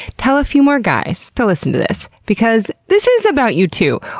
tell a few more guys to listen to this, because this is about you too.